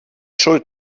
schuld